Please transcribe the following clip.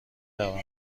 روم